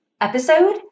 episode